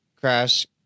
Crash